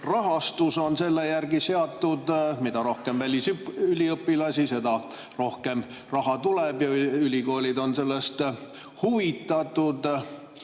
rahastamine on selle järgi seatud. Mida rohkem välisüliõpilasi, seda rohkem raha tuleb, ülikoolid on sellest huvitatud.